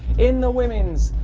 in the women's,